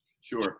Sure